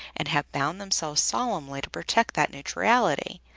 and have bound themselves solemnly to protect that neutrality.